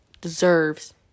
deserves